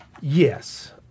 Yes